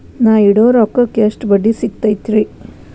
ನಾ ಇಡೋ ರೊಕ್ಕಕ್ ಎಷ್ಟ ಬಡ್ಡಿ ಸಿಕ್ತೈತ್ರಿ?